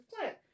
plant